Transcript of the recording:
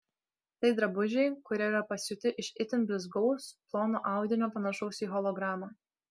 tai drabužiai kurie yra pasiūti iš itin blizgaus plono audinio panašaus į hologramą